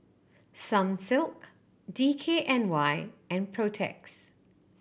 Sunsilk D K N Y and Protex